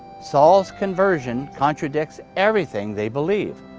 saul's conversion contradicts everything they believe.